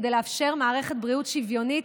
כדי לאפשר מערכת בריאות שוויונית,